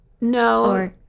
No